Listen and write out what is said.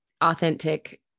authentic